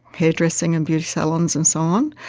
hairdressing and beauty salons and so on,